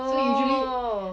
oh